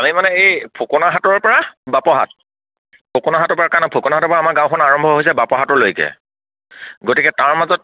আমি মানে এই ফুকনা হাটৰ পৰা বাপ হাট ফুকনা হাটৰ পৰা কাৰণ ফুকনা হাটৰ পৰা আমাৰ গাঁওখন আৰম্ভ হৈছে বাপহাটৰলৈকে গতিকে তাৰ মাজত